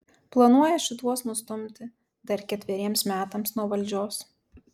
planuoja šituos nustumti dar ketveriems metams nuo valdžios